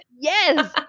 yes